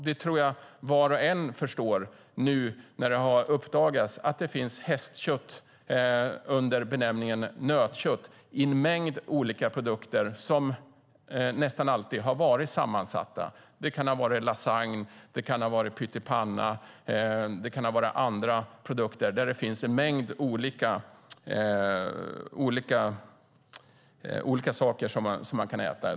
Det tror jag att var och en förstår när det nu har uppdagats att det finns hästkött under benämningen nötkött i en mängd olika produkter som nästan alltid är sammansatta. Det har handlat om lasagne, pyttipanna eller andra produkter där det finns en mängd olika saker som man kan äta.